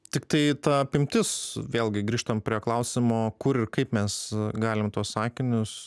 tiktai ta apimtis vėlgi grįžtam prie klausimo kur ir kaip mes galim tuos akinius